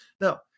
Now